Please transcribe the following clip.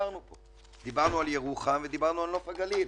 דיברנו פה, דיברנו על ירוחם ודיברנו על נוף הגליל,